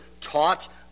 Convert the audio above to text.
taught